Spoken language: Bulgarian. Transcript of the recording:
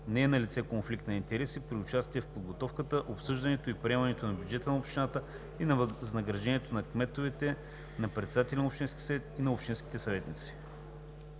не е налице конфликт на интереси при участие в подготовката, обсъждането и приемането на бюджета на общината и на възнаграждението на кметовете, на председателя на общинския съвет и